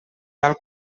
tal